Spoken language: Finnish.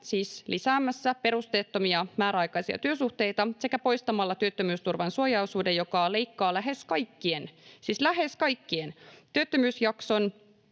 siis lisäämässä perusteettomia määräaikaisia työsuhteita, sekä poistamassa työttömyysturvan suojaosuuden, joka leikkaa lähes kaikkien, siis